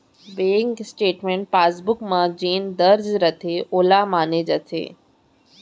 bank statement passbook म जेन दर्ज रथे वोला माने जाथे